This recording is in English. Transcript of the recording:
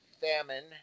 famine